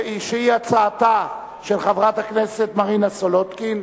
הצעתה של חברת הכנסת מרינה סולודקין,